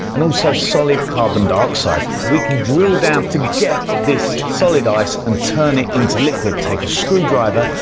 and also solid carbon dioxide. we can drill down to get this solid ice and turn it into liquid. take a screwdriver.